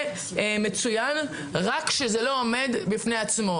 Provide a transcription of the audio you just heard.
זה מצוין, רק שזה לא עומד בפני עצמו.